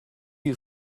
you